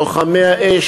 לוחמי האש,